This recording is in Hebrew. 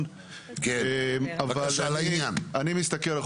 צריך לתת את